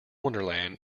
wonderland